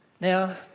now